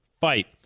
fight